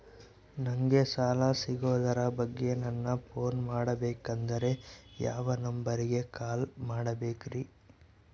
ನಂಗೆ ಸಾಲ ಸಿಗೋದರ ಬಗ್ಗೆ ನನ್ನ ಪೋನ್ ಮಾಡಬೇಕಂದರೆ ಯಾವ ನಂಬರಿಗೆ ಕಾಲ್ ಮಾಡಬೇಕ್ರಿ?